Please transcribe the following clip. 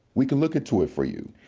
we can look into it for you.